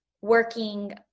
working